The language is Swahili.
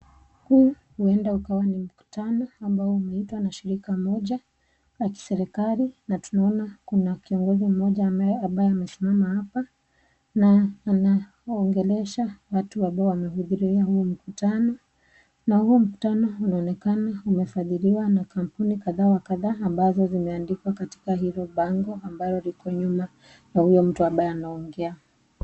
Huu uenda ukawa ni mkutano, ambao umeitwa na shirika moja ya kiserkali, na tunaona kuna kiongozi moja ambaye amesimama hapa, na anaongelesha watu ambao wamehudhuria huo mkutano, na huo mkutano unaonekana umefadhiliwa na kampuni kadhawa kadha, ambazo zimeandikwa katika hilo bango, ambalo liko nyuma ya huyo mtu ambaye anaongea.